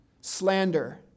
slander